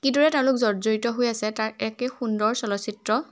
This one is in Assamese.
কিদৰে তেওঁলোক জৰ্জৰিত হৈ আছে তাৰ একে সুন্দৰ চলচ্চিত্ৰ